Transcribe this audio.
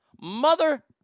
mother